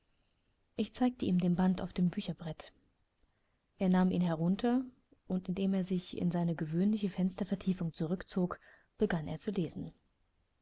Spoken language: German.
ich zeigte ihm den band auf dem bücherbrett er nahm ihn herunter und indem er sich in seine gewöhnliche fenstervertiefung zurückzog begann er zu lesen